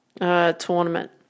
tournament